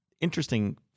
interesting